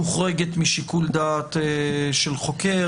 מוחרגת משיקול דעת של חוקר,